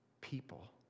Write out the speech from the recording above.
people